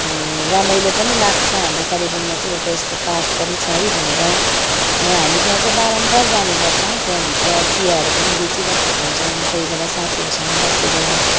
रमाइलो पनि लाग्छ हाम्रो कालेबुङमा चाहिँ यस्तो पार्क पनि छ है भनेर र हामी त्यहाँ चाहिँ बारम्बार जाने गर्छौँ त्यहाँ भित्र चिया पनि बेचिराखेको हुन्छ कोही बेला साथीहरूसँग बसेर